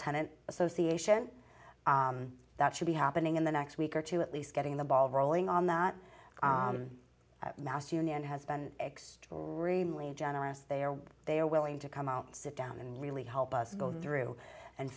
tenant association that should be happening in the next week or two at least getting the ball rolling on the not mass union has been extremely generous they are they are willing to come out and sit down and really help us go through and